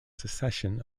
succession